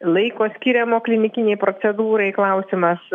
laiko skiriamo klinikinei procedūrai klausimas